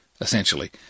essentially